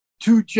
two